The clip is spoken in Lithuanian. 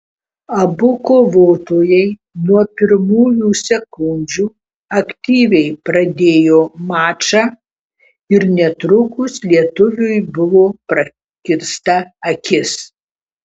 abu kovotojai nuo pirmųjų sekundžių aktyviai pradėjo mačą ir netrukus lietuviui buvo prakirsta akis